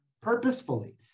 purposefully